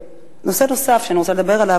נושא נוסף שאני רוצה לדבר עליו,